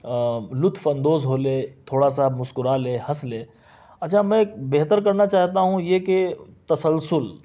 لطف اندوز ہو لے تھوڑا سا مسکرا لے ہنس لے اچھا میں ایک بہتر کرنا چاہتا ہوں یہ کہ تسلسل